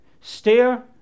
Stare